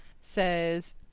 says